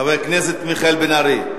חבר הכנסת מיכאל בן-ארי.